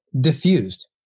diffused